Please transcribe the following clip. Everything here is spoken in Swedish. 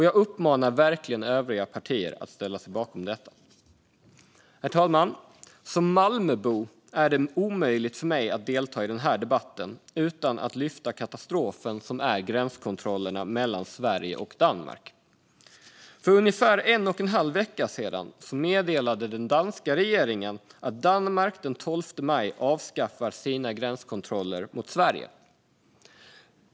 Jag uppmanar verkligen övriga partier att ställa sig bakom detta. Herr talman! Som Malmöbo är det omöjligt för mig att delta i den här debatten utan att lyfta fram katastrofen som är gränskontrollerna mellan Sverige och Danmark. För ungefär en och en halv vecka sedan meddelade den danska regeringen att Danmark den 12 maj avskaffar sina gränskontroller mot Sverige.